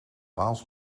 waals